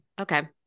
okay